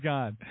God